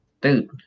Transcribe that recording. dude